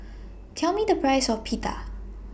Tell Me The Price of Pita